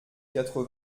quatre